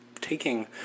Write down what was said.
taking